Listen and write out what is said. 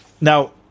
Now